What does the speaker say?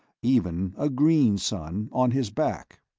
even a green sun, on his back.